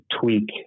tweak